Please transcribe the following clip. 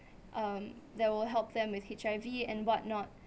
um that will help them with H_I_V and whatnot